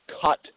cut